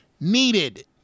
needed